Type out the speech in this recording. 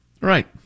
Right